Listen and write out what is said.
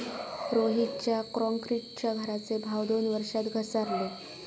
रोहितच्या क्रॉन्क्रीटच्या घराचे भाव दोन वर्षात घसारले